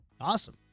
Awesome